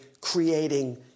creating